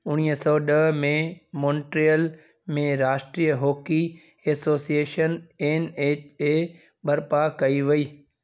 उणीवीह सौ ॾह में मॉन्ट्रियल में राष्ट्रीय hockey association N H A बर्पा कई वई